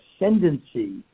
ascendancy